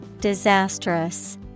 Disastrous